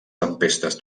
tempestes